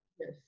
Yes